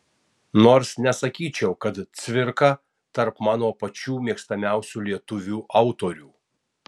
nors nesakyčiau kad cvirka tarp mano pačių mėgstamiausių lietuvių autorių